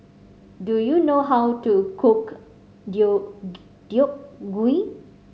do you know how to cook Deodeok Gui